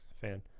fan